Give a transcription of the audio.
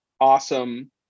awesome